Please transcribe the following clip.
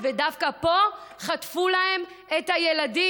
ודווקא פה חטפו להם את הילדים.